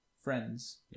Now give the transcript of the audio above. friends